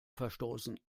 verstoßen